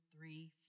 Three